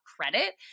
credit